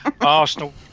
Arsenal